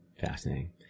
Fascinating